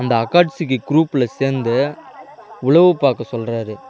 அந்த அக்காட்சிக்கு குரூப்பில் சேர்ந்து உளவு பார்க்க சொல்கிறாரு